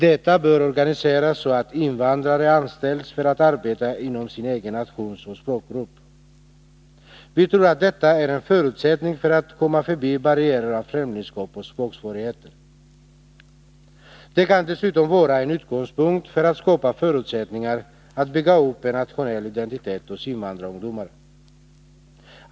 Detta bör organiseras så att invandrare anställs för att arbeta inom sin egen nationsoch språkgrupp. Vi tror att detta är en förutsättning för att man skall kunna komma förbi barriärer av främlingskap och språksvårigheter. Det kan dessutom vara en utgångspunkt för att skapa förutsättningar att bygga upp en nationell identitet hos invandrarungdomarna.